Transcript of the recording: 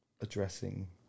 addressing